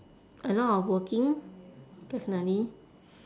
a lot of working definitely